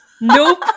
Nope